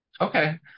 Okay